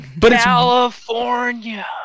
California